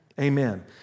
Amen